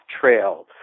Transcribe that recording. trail